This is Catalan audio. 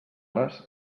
les